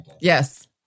Yes